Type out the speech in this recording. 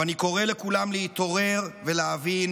אבל אני קורא לכולם להתעורר ולהבין